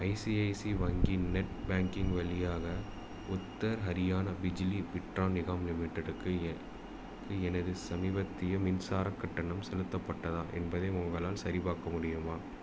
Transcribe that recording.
ICICI வங்கி net banking வழியாக உத்தர் ஹரியானா பிஜ்லி விட்ரான் நிகாம் லிமிட்டெடுக்கு ஏ எனது சமீபத்திய மின்சாரக் கட்டணம் செலுத்தப்பட்டதா என்பதை உங்களால் சரிபார்க்க முடியுமா